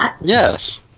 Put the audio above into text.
Yes